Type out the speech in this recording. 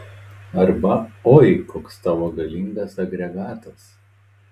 arba oi koks tavo galingas agregatas